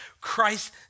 Christ